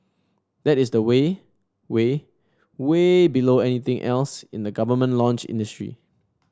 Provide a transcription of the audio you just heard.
that is way way way below anything else in the government launch industry